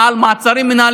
למה אתם לא מטפלים בזה?